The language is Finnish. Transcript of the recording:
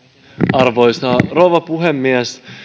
arvoisa rouva puhemies